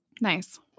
Nice